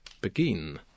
begin